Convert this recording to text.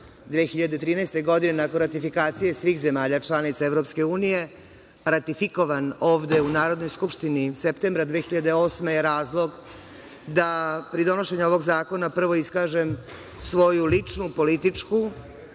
2013. godine, nakon ratifikacije svih zemalja članica EU, ratifikovan ovde u Narodnoj skupštini septembra 2008. godine, razlog je da pri donošenju ovog zakona prvo iskažem svoju ličnu, političku